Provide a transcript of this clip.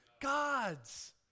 God's